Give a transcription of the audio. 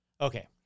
Okay